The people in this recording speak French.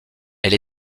elle